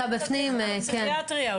קצת כסף לפסיכיאטריה.